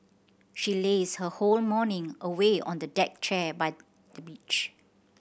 she lazed her whole morning away on the deck chair by the beach